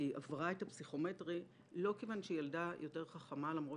והיא עברה את הפסיכומטרי לא כיון שהיא ילדה יותר חכמה למרות